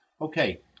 Okay